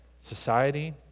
society